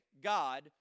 God